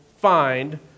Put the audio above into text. find